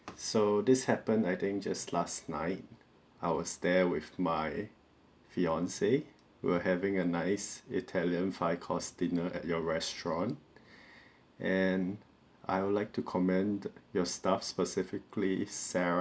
so this happened I think just last night I was there with my fiance we're having a nice italian five course dinner at your restaurant and I would like to commend your staff specifically sarah